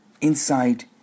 Inside